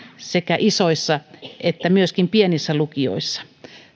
sekä isoissa että myöskin pienissä lukioissa